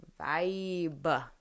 vibe